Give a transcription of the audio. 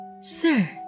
Sir